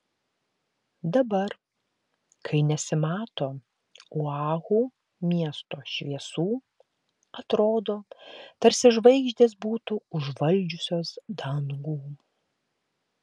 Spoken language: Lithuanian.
dabar kai nesimato oahu miesto šviesų atrodo tarsi žvaigždės būtų užvaldžiusios dangų